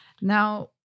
Now